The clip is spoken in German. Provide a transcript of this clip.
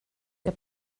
der